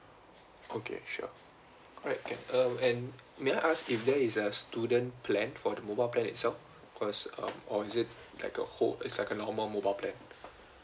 okay sure alright can um and may I ask if there is a student plan for the mobile plan itself because um or is it like a whole it's like a normal mobile plan